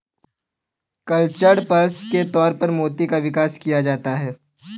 cultured pearls के तौर पर मोती का विकास किया जाता है